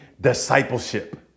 discipleship